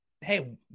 Hey